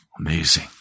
amazing